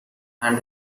and